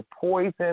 poison